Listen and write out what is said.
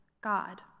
God